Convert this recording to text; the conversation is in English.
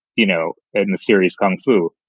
you know, and the series kung fu.